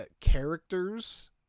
Characters